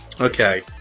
Okay